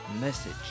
message